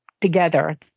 together